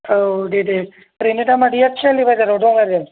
औ दे दे ओरैनो दा मादैया तिनालि बाजाराव दं आरो